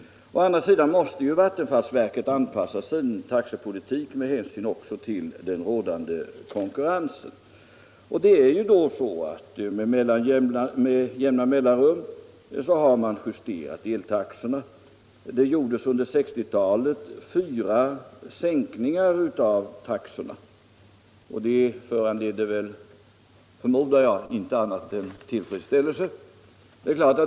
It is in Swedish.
Å andra sidan måste vattenfallsverket anpassa sin taxepolitik med hänsyn också till den rådande konkurrensen. Med jämna mellanrum har man justerat eltaxorna. Det gjordes under 1960-talet fyra sänkningar av taxorna. Dessa föranledde, förmodar jag, inte annat än tillfredsställelse.